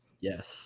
Yes